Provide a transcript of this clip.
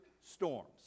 storms